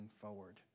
forward